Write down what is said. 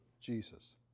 Jesus